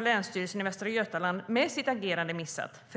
Länsstyrelsen i Västra Götaland har med sitt agerande missat intentionerna i satsningen.